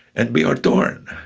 and we are torn.